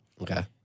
Okay